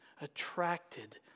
attracted